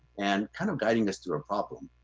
and kind of guiding us through a problem.